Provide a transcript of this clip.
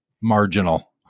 marginal